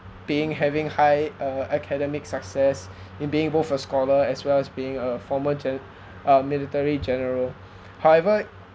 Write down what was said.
being having high uh academic success in being both a scholar as well as being a former gen~ uh military general however